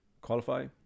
qualify